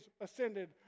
ascended